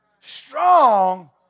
Strong